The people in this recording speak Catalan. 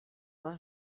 les